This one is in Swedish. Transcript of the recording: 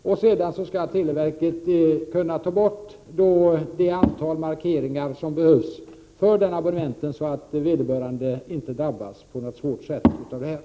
Televerket skall sedan kunna ta bort det antal markeringar som behövs för att den abonnenten inte skall drabbas på något svårt sätt av detta.